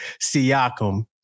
Siakam